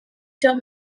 term